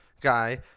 guy